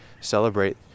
celebrate